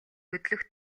хөдлөх